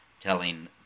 telling